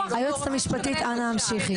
היועצת המשפטית אנא המשיכי.